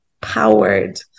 powered